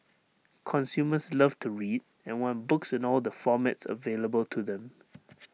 consumers love to read and want books in all the formats available to them